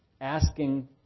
asking